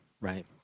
right